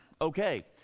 okay